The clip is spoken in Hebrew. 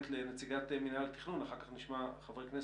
נציגת מינהל התכנון ואחר כך נשמע את חברי הכנסת.